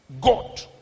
God